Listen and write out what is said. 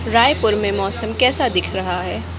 रायपुर में मौसम कैसा दिख रहा है